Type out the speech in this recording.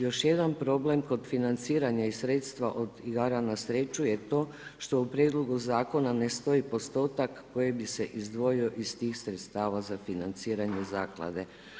Još jedan problem kod financiranja i sredstva od igara na sreću je to što u Prijedlogu zakona ne stoji postotak koji bi se izdvojio iz tih sredstava za financiranje Zaklade.